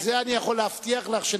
זה אני יכול להבטיח לך,